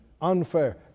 unfair